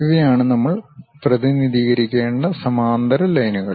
ഇവയാണ് നമ്മൾ പ്രതിനിധീകരിക്കേണ്ട സമാന്തര ലൈനുകൾ